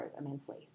immensely